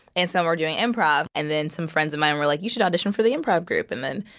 and some were doing improv. and then, some friends of mine were like, you should audition for the improv group. and then,